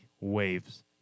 Waves